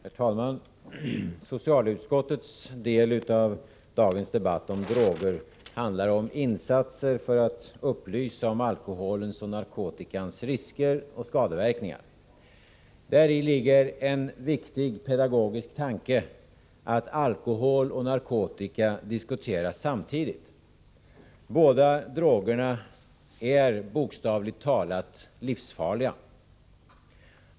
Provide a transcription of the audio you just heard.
Herr talman! Socialutskottets del av dagens debatt om droger handlar om insatser för att upplysa om alkoholens och narkotikans risker och skadeverkningar. Däri ligger den viktiga pedagogiska tanken, att alkohol och narkotika diskuteras samtidigt. Båda är droger som bokstavligt talat är livsfarliga.